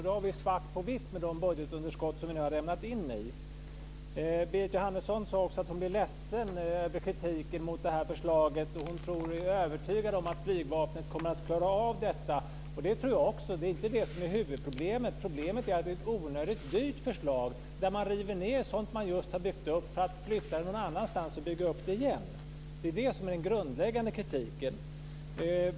Det har vi svart på vitt med de budgetunderskott som vi nu har hamnat i. Berit Jóhannesson sade också att hon blir ledsen över kritiken mot förslaget och att hon är övertygad om att flygvapnet kommer att klara av detta. Det tror också jag. Det är inte det som är huvudproblemet. Problemet är att det är ett onödigt dyrt förslag där man river ned sådant man just har byggt upp för att flytta det någon annanstans och bygga upp det igen. Det är den grundläggande kritiken.